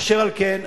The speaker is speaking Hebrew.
אשר על כן,